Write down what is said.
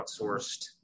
outsourced